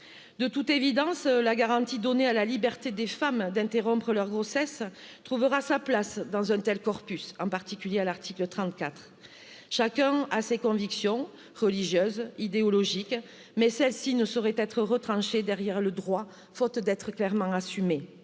de toute évidence la garantie donnée à la liberté des femmes d'interrompre leur grossesse trouvera sa place dans un tel corpus en particulier à l'article trente quatre chacun a ses convictions religieuses idéologiques celles ci ne sauraient être retranchées derrière le droit faute d'être clairement assumé